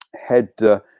head